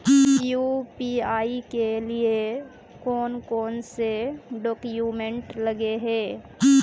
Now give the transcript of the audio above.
UPI के लिए कौन कौन से डॉक्यूमेंट लगे है?